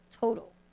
total